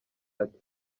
ati